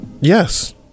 Yes